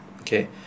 okay